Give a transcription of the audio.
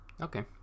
Okay